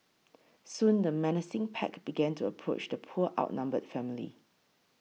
soon the menacing pack began to approach the poor outnumbered family